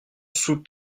sous